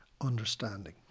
understanding